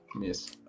Yes